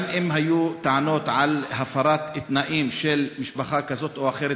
גם אם היו טענות על הפרת תנאים של משפחה כזאת או אחרת,